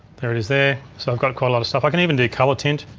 there it is there, so i've got a quite a lot of stuff. i can even do color tint,